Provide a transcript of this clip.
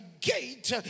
gate